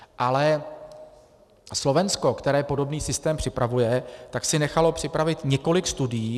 Ale Slovensko, které podobný systém připravuje, si nechalo připravit několik studií.